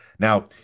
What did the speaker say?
Now